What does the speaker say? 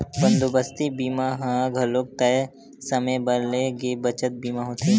बंदोबस्ती बीमा ह घलोक तय समे बर ले गे बचत बीमा होथे